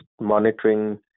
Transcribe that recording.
monitoring